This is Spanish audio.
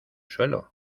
suelo